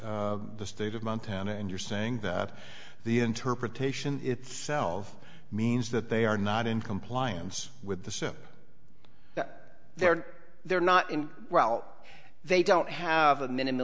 of montana and you're saying that the interpretation itself means that they are not in compliance with the so that they're they're not in well they don't have a minim